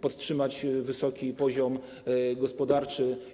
podtrzymać wysoki poziom gospodarczy.